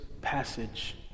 passage